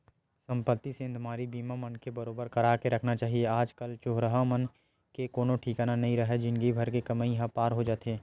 संपत्ति सेंधमारी बीमा मनखे बरोबर करा के रखना चाही आज कल चोरहा मन के कोनो ठिकाना नइ राहय जिनगी भर के कमई ह पार हो जाथे